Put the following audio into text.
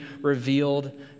revealed